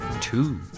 two